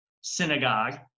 synagogue